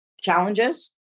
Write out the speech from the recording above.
challenges